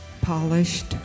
polished